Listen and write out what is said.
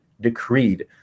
decreed